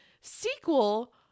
Sequel